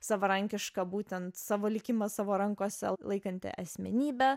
savarankiška būtent savo likimą savo rankose laikanti asmenybė